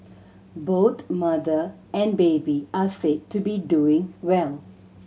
both mother and baby are said to be doing well